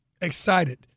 excited